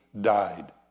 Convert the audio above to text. died